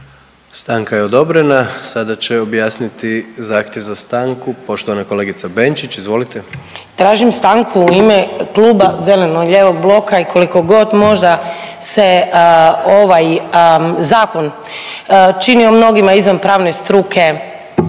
Stanka je odobrena. Sada će objasniti zahtjev za stanku poštovana kolegica Benčić, izvolite. **Benčić, Sandra (Možemo!)** Tražim stanku u ime kluba Zeleno-lijevog bloka i koliko god možda se ovaj zakon činio mnogima izvan pravne struke